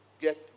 Get